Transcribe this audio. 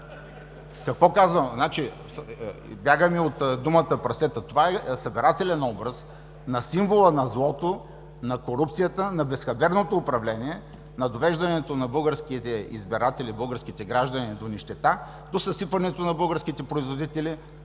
Какво казваме? Бягаме от думата „прасета“. Това е събирателен образ на символа на злото, на корупцията, на безхаберното управление, на довеждането на българските избиратели, българските граждани до нищета, до съсипването на българските производители